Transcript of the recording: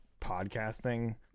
podcasting